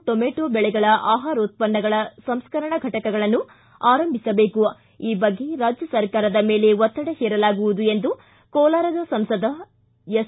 tomato ಬೆಳೆಗಳ ಆಹಾರೋತ್ಪನ್ನಗಳ ಸಂಸ್ಕರಣಾ ಘಟಕಗಳನ್ನು ಆರಂಭಿಸಬೇಕು ಈ ಬಗ್ಗೆ ರಾಜ್ಯ ಸರ್ಕಾರದ ಮೇಲೆ ಒತ್ತಡ ಹೇರಲಾಗುವುದು ಎಂದು ಕೋಲಾರ ಸಂಸದ ಎಸ್